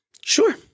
Sure